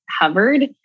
hovered